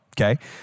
okay